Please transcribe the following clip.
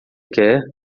quer